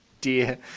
dear